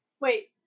Wait